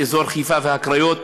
באזור חיפה והקריות,